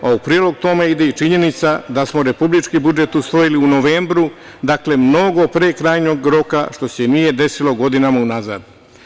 U prilog tome ide i činjenica da smo republički budžet usvojili u novembru, dakle mnogo pre krajnjeg roka, što se nije desilo godinama unazad.